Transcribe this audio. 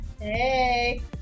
Hey